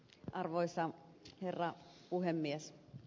arvoisa herra puhemies